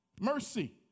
Mercy